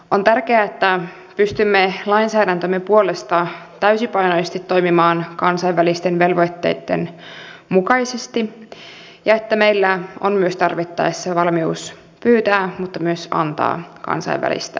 on tärkeää että pystymme lainsäädäntömme puolesta täysipainoisesti toimimaan kansainvälisten velvoitteitten mukaisesti ja että meillä on myös tarvittaessa valmius pyytää mutta myös antaa kansainvälistä apua